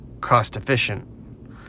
cost-efficient